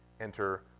enter